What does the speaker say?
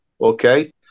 okay